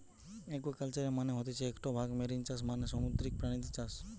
একুয়াকালচারের মানে হতিছে একটো ভাগ মেরিন চাষ মানে সামুদ্রিক প্রাণীদের চাষ